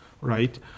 right